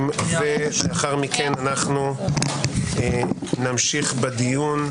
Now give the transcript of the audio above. ולאחר מכן נמשיך בדיון.